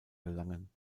gelangen